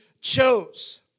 chose